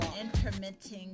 intermittent